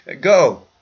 Go